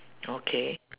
okay